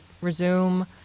resume